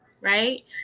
right